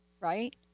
right